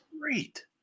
great